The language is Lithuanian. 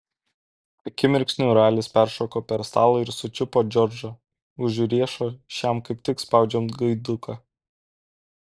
akimirksniu ralis peršoko per stalą ir sučiupo džordžą už riešo šiam kaip tik spaudžiant gaiduką